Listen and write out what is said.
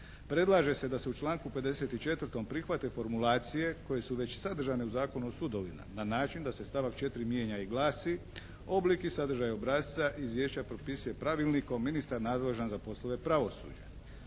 Predlaže se da se u članku 54. prihvate formulacije koje su već sadržane u Zakonu o sudovima na način da se stavak 4. mijenja i glasi: "Oblik i sadržaj obrasca izvješća potpisuje pravilnikom ministar nadležan za poslove pravosuđa.".